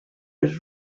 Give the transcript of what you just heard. was